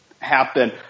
happen